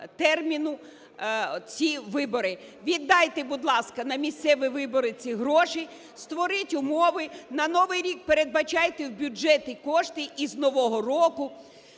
терміну, ці вибори. Віддайте, будь ласка, на місцеві вибори ці гроші, створіть умови, на новий рік передбачайте в бюджеті кошти і з нового року,